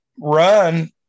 run